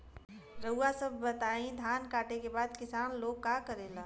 रउआ सभ बताई धान कांटेके बाद किसान लोग का करेला?